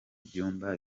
byumba